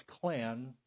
Klan